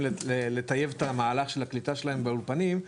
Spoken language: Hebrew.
כדי לטייב את המהלך של הקליטה שלהם באולפנים,